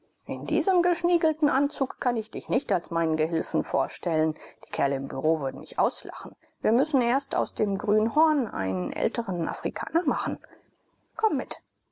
in diesem geschniegelten anzug kann ich dich nicht als meinen gehilfen vorstellen die kerle im bureau würden mich auslachen wir müssen erst aus dem grünhorn einen älteren afrikaner machen komm mit